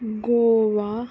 Goa